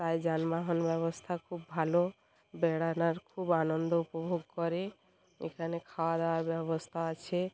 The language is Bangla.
তাই যানবাহন ব্যবস্থা খুব ভালো বেড়ানোর খুব আনন্দ উপভোগ করে এখানে খাওয়া দাওয়ার ব্যবস্থা আছে